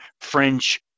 French